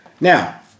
Now